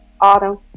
Autumn